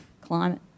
climate